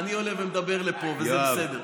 אני עולה ומדבר לפה, וזה בסדר.